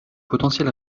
potentiel